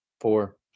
four